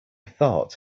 thought